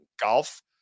golf